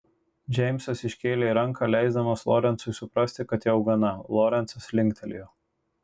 džeimsas iškėlė ranką leisdamas lorencui suprasti kad jau gana lorencas linktelėjo